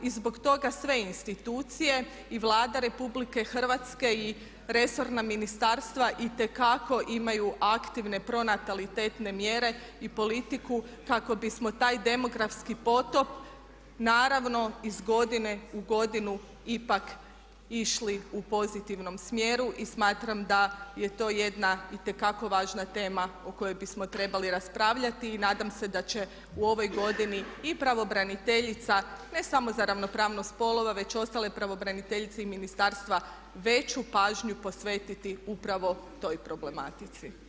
I zbog toga sve institucije i Vlada RH i resorna ministarstva itekako imaju aktivne pronatalitetne mjere i politiku kako bismo taj demografski potop naravno iz godine u godinu ipak išli u pozitivnom smjeru i smatram da je to jedna itekako važna tema o kojoj bismo trebali raspravljati i nadam se da će u ovoj godini i pravobraniteljica ne samo za ravnopravnost spolova već ostale pravobraniteljice i ministarstva veću pažnju posvetiti upravo toj problematici.